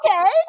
okay